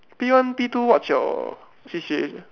P one P two what's your C_C_A